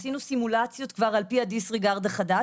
עשינו סימולציות כבר על פי הדיסריגרד החדש.